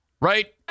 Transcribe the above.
Right